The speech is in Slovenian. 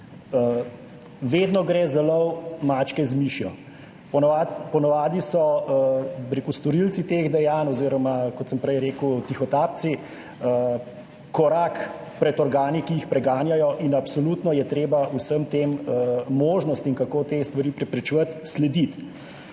vedno gre za lov mačke z mišjo. Po navadi so storilci teh dejanj oziroma, kot sem prej rekel, tihotapci korak pred organi, ki jih preganjajo in absolutno je treba slediti vsem tem možnostim, kako te stvari preprečevati.